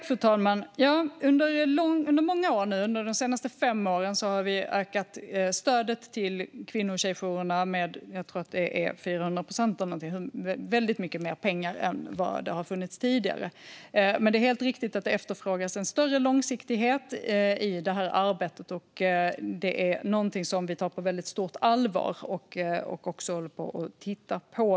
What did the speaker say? Fru talman! Under många år, de senaste fem åren, har vi ökat stödet till kvinno och tjejjourerna med omkring 400 procent. Det är mycket mer pengar än tidigare. Men det är helt riktigt att det efterfrågas en större långsiktighet i arbetet, och det är något som vi tar på stort allvar och tittar på.